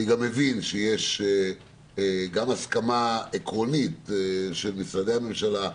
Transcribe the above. אני מבין שיש הסכמה עקרונית של משרדי הממשלה.